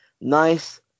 nice